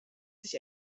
sich